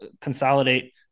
consolidate